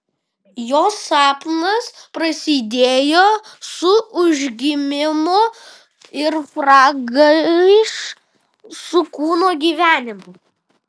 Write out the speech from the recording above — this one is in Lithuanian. jo sapnas prasidėjo su užgimimu ir pragaiš su kūno gyvenimu